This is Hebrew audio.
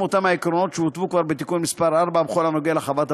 אותם עקרונות שהותוו כבר בתיקון מס' 4 בכל הנוגע לחוות הבודדים.